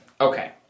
Okay